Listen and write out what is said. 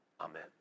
Amen